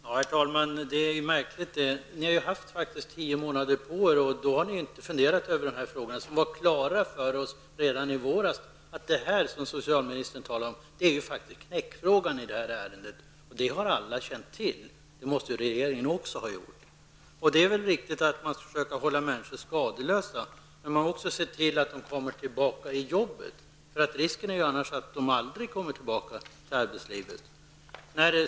Herr talman! Det hela är märkligt. Ni har haft tio månader på er men har inte funderat över frågan. Vi hade klart för oss i våras att detta som socialministern talar om är knäckfrågan i ärendet. Det har alla känt till, och det måste även regeringen ha gjort. Det är väl riktigt att man skall försöka hålla människor skadeslösa, men man skall väl se till att de kommer tillbaka till arbetet. Risken är annars att de aldrig kommer tillbaka till arbetslivet.